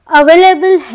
available